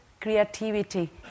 creativity